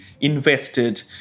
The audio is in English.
invested